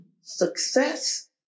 success